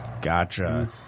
Gotcha